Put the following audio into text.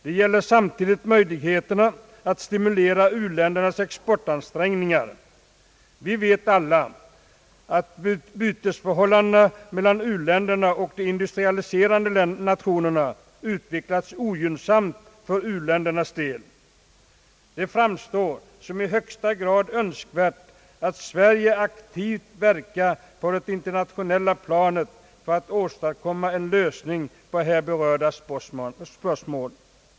Det gäller samtidigt möjligheterna att stimulera uländernas exportansträngningar. Vi vet alla att bytesförhållandet mellan u-länderna och de industrialiserade nationerna utvecklas ogynnsamt för u-ländernas del. Det framstår som i högsta grad önskvärt att Sverige aktivt verkar på det internationella planet för att åstadkomma en lösning på här berörda spörsmål.